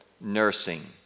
nursing